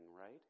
right